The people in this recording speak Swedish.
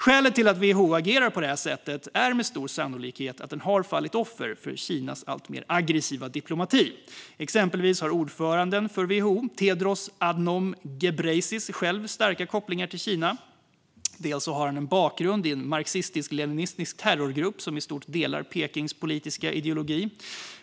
Skälet till att WHO agerar på det här sättet är med stor sannolikhet att organisationen har fallit offer för Kinas alltmer aggressiva diplomati. Exempelvis har WHO:s ordförande Tedros Adhanom Ghebreyesus själv starka kopplingar till Kina. Han har en bakgrund i en marxist-leninistisk terrorgrupp som i stort delar Pekings politiska ideologi.